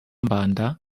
mbanda